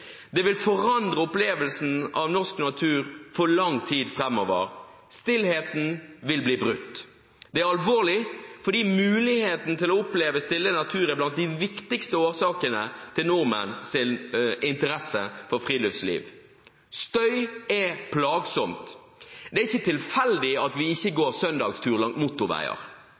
Det vil forandre opplevelsen av norsk natur for lang tid framover. Stillheten vil bli brutt. Det er alvorlig, fordi muligheten til å oppleve stille natur er blant de viktigste årsakene til nordmenns interesse for friluftsliv. Støy er plagsomt. Det er ikke tilfeldig at vi ikke